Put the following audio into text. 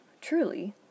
truly